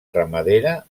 ramadera